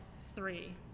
three